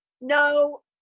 No